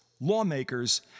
lawmakers